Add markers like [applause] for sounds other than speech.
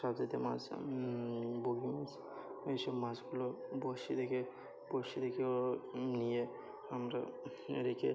[unintelligible] মাছ বগি মাছ এই সব মাছগুলো বরশি থেকে বরশি দিকেও নিয়ে আমরা রেখে